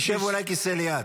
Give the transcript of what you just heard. תשב אולי על הכיסא ליד.